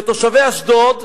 שתושבי אשדוד,